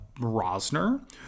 Rosner